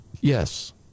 Yes